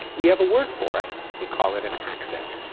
we have a word for it we call it an accent.